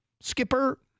Skipper